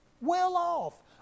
well-off